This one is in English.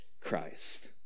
Christ